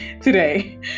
today